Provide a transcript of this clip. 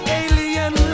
alien